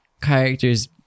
characters